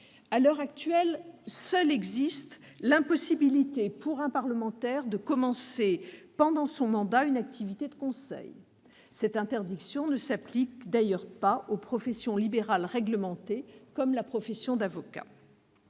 À l'heure actuelle, seule l'impossibilité pour un parlementaire de commencer, pendant son mandat, une activité de conseil existe. Cette interdiction ne s'applique d'ailleurs pas aux professions libérales réglementées, comme la profession d'avocat.